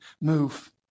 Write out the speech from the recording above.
move